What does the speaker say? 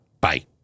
Bye